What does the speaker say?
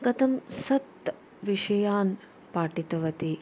कथं सत् विषयान् पाठितवती